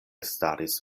staris